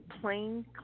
plain